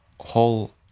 whole